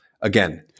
Again